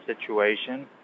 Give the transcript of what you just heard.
situation